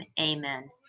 amen